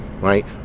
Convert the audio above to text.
right